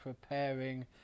preparing